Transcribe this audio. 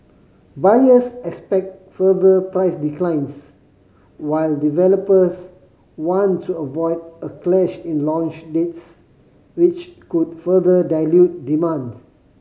buyers expect further price declines while developers want to avoid a clash in launch dates which could further dilute demand